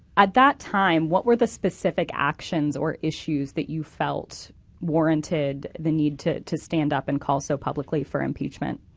at that time, what were the specific actions or issues that you felt warranted the need to to stand up and call so publicly for impeachment?